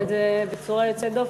אתה ניהלת את זה בצורה יוצאת דופן.